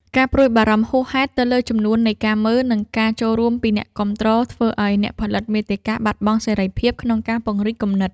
ការព្រួយបារម្ភហួសហេតុទៅលើចំនួននៃការមើល និងការចូលរួមពីអ្នកគាំទ្រ ធ្វើឱ្យអ្នកផលិតមាតិកាបាត់បង់សេរីភាពក្នុងការពង្រីកគំនិត។